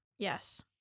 Yes